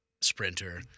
Sprinter